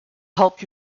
help